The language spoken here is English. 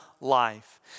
life